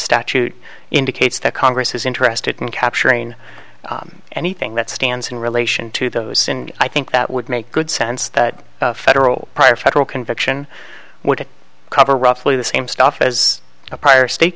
statute indicates that congress is interested in capturing anything that stands in relation to those in i think that would make good sense that federal prior federal conviction would cover roughly the same stuff as a prior state